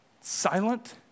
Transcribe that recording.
silent